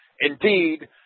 Indeed